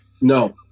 No